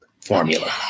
formula